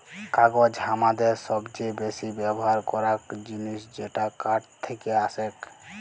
কাগজ হামাদের সবচে বেসি ব্যবহার করাক জিনিস যেটা কাঠ থেক্কে আসেক